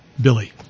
Billy